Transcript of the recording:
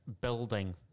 building